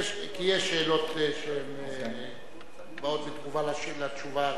אחרי, כי יש שאלות שבאות בתגובה על התשובה הרשמית.